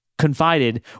confided